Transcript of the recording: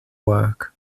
work